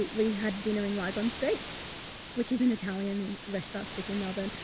we had dinner in lygon street which is an italian restaurant strip in melbourne,